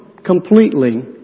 Completely